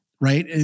right